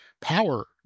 power